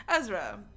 Ezra